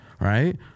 Right